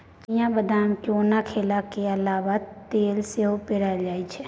चिनियाँ बदाम केँ ओना खेलाक अलाबा तेल सेहो पेराएल जाइ छै